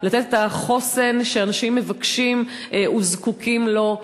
לתת את החוסן שאנשים מבקשים וזקוקים לו.